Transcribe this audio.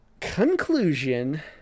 conclusion